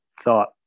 thought